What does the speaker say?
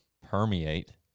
permeate